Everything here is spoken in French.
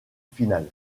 finale